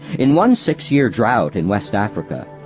in one six-year drought in west africa,